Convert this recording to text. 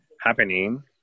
happening